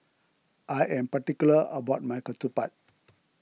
I am particular about my Ketupat